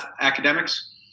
academics